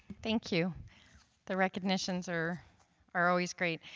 thank you the recognition's are are always great.